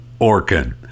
Orkin